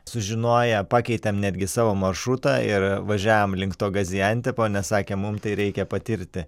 sužinoję pakeitėm netgi savo maršrutą ir važiavom link to gaziantepo nes sakė mum tai reikia patirti